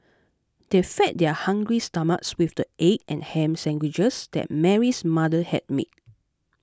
they fed their hungry stomachs with the egg and ham sandwiches that Mary's mother had made